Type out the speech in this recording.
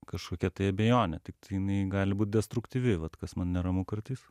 kažkokia tai abejonė tiktai jinai gali būt destruktyvi vat kas man neramu kartais